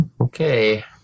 Okay